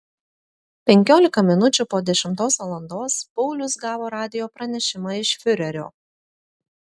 penkiolika minučių po dešimtos valandos paulius gavo radijo pranešimą iš fiurerio